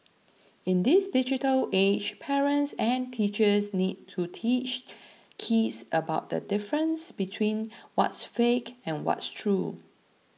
in this digital age parents and teachers need to teach kids about the difference between what's fake and what's true